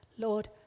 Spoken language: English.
Lord